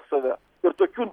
save ir tokių